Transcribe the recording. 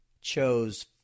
chose